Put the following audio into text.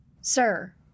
Sir